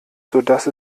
sodass